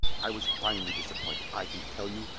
i was finely disappointed, i can tell you,